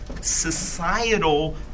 societal